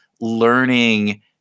learning